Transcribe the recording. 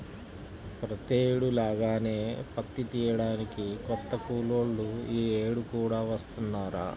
ప్రతేడు లాగానే పత్తి తియ్యడానికి కొత్త కూలోళ్ళు యీ యేడు కూడా వత్తన్నారా